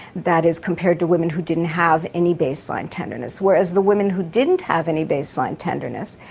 that is compared to women who didn't have any baseline tenderness. whereas the women who didn't have any baseline tenderness,